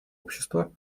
общества